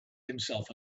himself